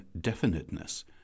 definiteness